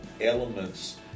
elements